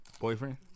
boyfriend